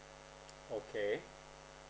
okay